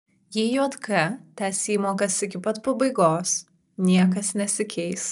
jei jk tęs įmokas iki pat pabaigos niekas nesikeis